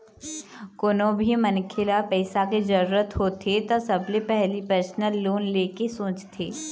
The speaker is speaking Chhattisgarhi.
कोनो भी मनखे ल पइसा के जरूरत होथे त सबले पहिली परसनल लोन ले के सोचथे